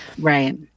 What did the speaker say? right